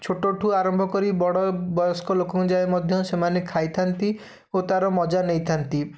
ଛୋଟ ଠୁ ଆରମ୍ଭ କରି ବଡ଼ ବୟସ୍କ ଲୋକଙ୍କ ଯାଏ ମଧ୍ୟ ସେମାନେ ଖାଇଥାନ୍ତି ଓ ତା'ର ମଜା ନେଇ ଥାଆନ୍ତି